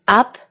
up